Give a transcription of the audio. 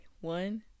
one